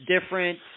different